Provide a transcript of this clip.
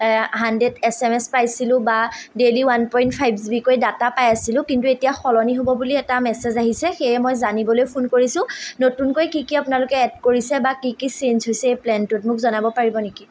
hundred S M S পাইছিলোঁ বা daily one point five G বিকৈ ডাটা পাই আছিলোঁ কিন্তু এতিয়া সলনি হ'ব বুলি এটা মেছেজ আহিছে সেয়ে মই জানিবলৈ ফোন কৰিছোঁ নতুনকৈ কি কি আপোনালোকে এড কৰিছে বা কি কি চেঞ্জ হৈছে এই প্লেনটোত মোক জনাব পাৰিব নেকি